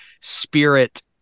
spirit